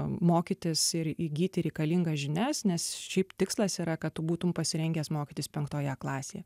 mokytis ir įgyti reikalingas žinias nes šiaip tikslas yra kad tu būtum pasirengęs mokytis penktoje klasėje